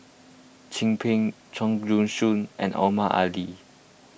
Chin Peng Chua Joon Siang and Omar Ali